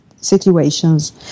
situations